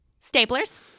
Staplers